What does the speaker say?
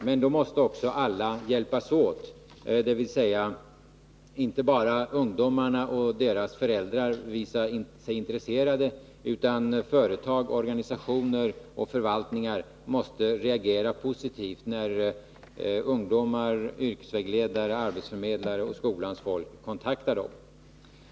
Men då måste också alla hjälp föräldrar skall v åt — dvs. inte bara ungdomarna och deras sig intresserade, utan även företag, organisationer och förvaltningar måste reagera positivt när ungdomar, yrkesvägledare, arbetsförmedlare och skolans folk kontaktar dem.